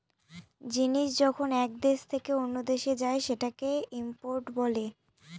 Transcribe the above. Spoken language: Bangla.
জিনিস যখন এক দেশ থেকে অন্য দেশে যায় সেটাকে ইম্পোর্ট বলে